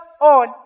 on